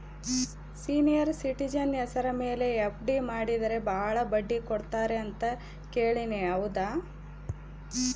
Senior citizen ಹೆಸರ ಮೇಲೆ FD ಮಾಡಿದರೆ ಬಹಳ ಬಡ್ಡಿ ಕೊಡ್ತಾರೆ ಅಂತಾ ಕೇಳಿನಿ ಹೌದಾ?